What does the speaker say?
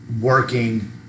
working